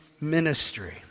ministry